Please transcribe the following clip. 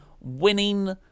winning